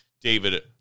David